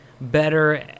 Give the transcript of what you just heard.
better